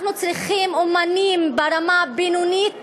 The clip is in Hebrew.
אנחנו צריכים אמנים ברמה הבינונית